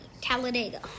Talladega